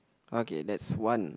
okay that's one